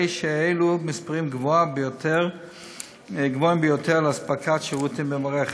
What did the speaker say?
הרי שאלו מספרים גבוהים ביותר לאספקת שירותים במערכת.